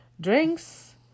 drinks